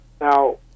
Now